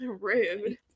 Rude